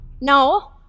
No